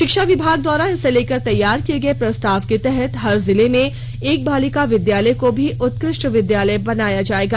शिक्षा विभाग द्वारा इसे लेकर तैयार किये गये प्रस्ताव के तहत हर जिले में एक बालिका विद्यालय को भी उत्कृष्ट विद्यालय बनाया जायेगा